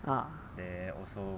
ah